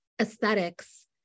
aesthetics